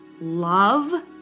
love